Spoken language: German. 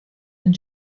den